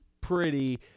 pretty-